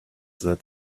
that